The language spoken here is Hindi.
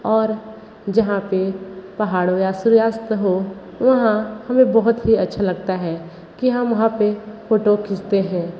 और जहाँ पे पहाड़ों या सूर्यास्त हो वहाँ हमें बहुत ही अच्छा लगता है कि हम वहाँ पे फ़ोटो खींचते हैं